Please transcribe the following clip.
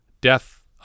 death